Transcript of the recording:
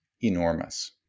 enormous